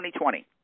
2020